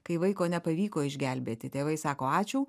kai vaiko nepavyko išgelbėti tėvai sako ačiū